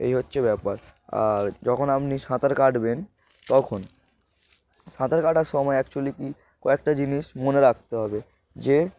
এই হচ্ছে ব্যাপার আর যখন আপনি সাঁতার কাটবেন তখন সাঁতার কাটার সময় অ্যাকচুয়ালি কি কয়েকটা জিনিস মনে রাখতে হবে যে